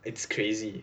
it's crazy